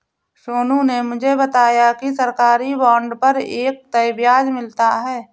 सोनू ने मुझे बताया कि सरकारी बॉन्ड पर एक तय ब्याज मिलता है